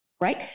right